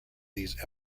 these